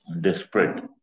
desperate